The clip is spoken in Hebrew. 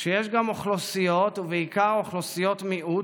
שיש גם אוכלוסיות, ובעיקר אוכלוסיות מיעוט,